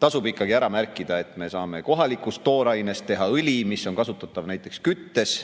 Tasub ikkagi ära märkida, et me saame kohalikust toorainest teha õli, mis on kasutatav näiteks küttes,